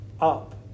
up